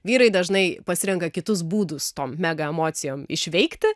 vyrai dažnai pasirenka kitus būdus tom mega emocijom išveikti